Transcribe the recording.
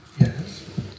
Yes